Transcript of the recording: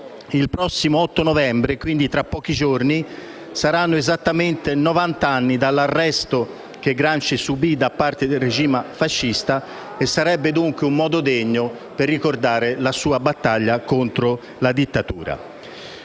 il prossimo 8 novembre, tra pochi giorni, saranno esattamente novant'anni dall'arresto che Gramsci subì dal regime fascista e sarebbe un modo degno per ricordare la sua battaglia contro la dittatura.